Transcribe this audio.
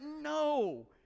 no